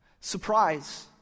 Surprise